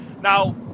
Now